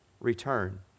return